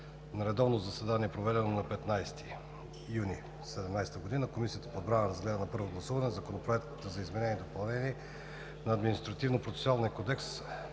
На редовно заседание, проведено на 15 юни 2017 г., Комисията по отбрана разгледа за първо гласуване Законопроект за изменение и допълнение на Административнопроцесуалния кодекс,